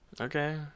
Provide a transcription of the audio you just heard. Okay